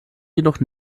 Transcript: jedoch